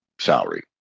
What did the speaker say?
salary